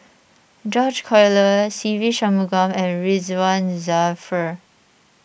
George Collyer Se Ve Shanmugam and Ridzwan Dzafir